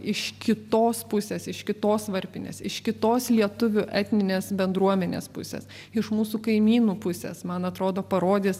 iš kitos pusės iš kitos varpinės iš kitos lietuvių etninės bendruomenės pusės iš mūsų kaimynų pusės man atrodo parodys